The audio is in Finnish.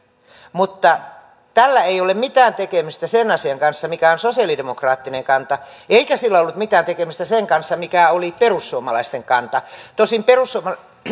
mutta tällä ei ole mitään tekemistä sen asian kanssa mikä on sosialidemokraattinen kanta eikä sillä ollut mitään tekemistä sen kanssa mikä oli perussuomalaisten kanta tosin perussuomalaisten